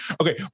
Okay